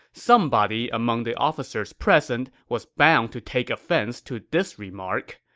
somebody among the officers present was bound to take offense to this remark.